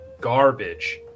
garbage